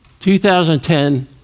2010